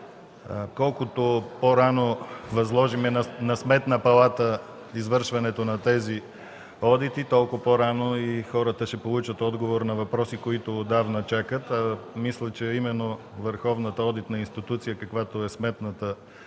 Колкото по-рано възложим на Сметната палата извършването на тези одити, толкова по-рано хората ще получат отговор на въпроси, които отдавна чакат. Мисля, че именно от върховната одитна институция, каквато е Сметната